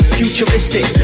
futuristic